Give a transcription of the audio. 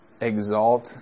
exalt